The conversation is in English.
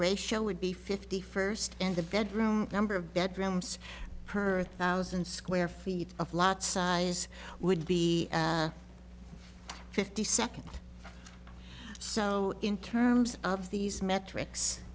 ratio would be fifty first in the bedroom number of bedrooms per thousand square feet of lot size would be fifty seconds so in terms of these metrics